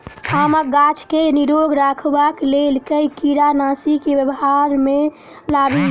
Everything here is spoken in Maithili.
आमक गाछ केँ निरोग रखबाक लेल केँ कीड़ानासी केँ व्यवहार मे लाबी?